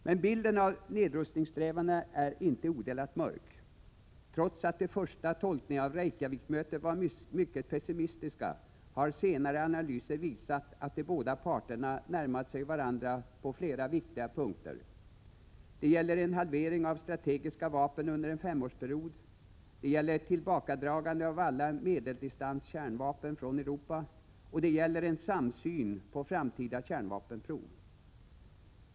Men bilden av nedrustningssträvandena är inte odelat mörk. Trots att de första tolkningarna av Reykjavikmötet var mycket pessimistiska har senare analyser visat på att de båda parterna närmat sig varandra på flera viktiga punkter. Det gäller en halvering av de strategiska vapnen under en femårsperiod. Det gäller ett tillbakadragande av alla medeldistanskärnvapen från Europa, och det gäller en samsyn på framtida kärnvapenprov.